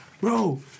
Bro